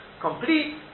complete